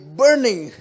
burning